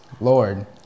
Lord